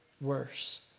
worse